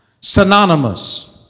synonymous